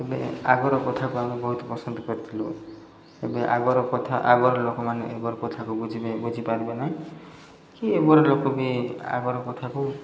ଏବେ ଆଗର କଥାକୁ ଆମେ ବହୁତ ପସନ୍ଦ କରିଥିଲୁ ଏବେ ଆଗର କଥା ଆଗର ଲୋକମାନେ ଏବର କଥାକୁ ବୁଝିବେ ବୁଝିପାରିବେ ନାହିଁ କି ଏବର ଲୋକ ବି ଆଗର କଥାକୁ